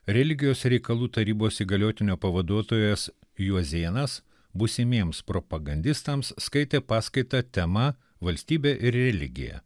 religijos ir reikalų tarybos įgaliotinio pavaduotojas juozėnas būsimiems propagandistams skaitė paskaitą tema valstybė ir religija